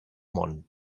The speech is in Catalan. món